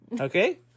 Okay